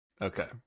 okay